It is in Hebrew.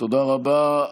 תודה רבה.